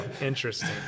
Interesting